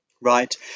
Right